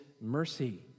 mercy